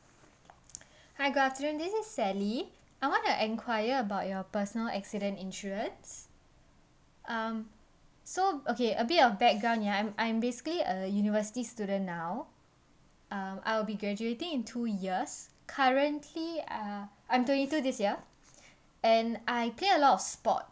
hi good afternoon this is sally I want to enquiry about your personal accident insurance um so okay a bit of background ya I'm I'm basically a university student now uh I'll be graduating in two years currently uh I'm twenty two this year and I play a lot of sports